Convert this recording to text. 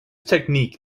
technique